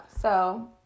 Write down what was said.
so-